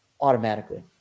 automatically